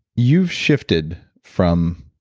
you've shifted from